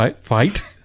fight